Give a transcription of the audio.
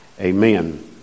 amen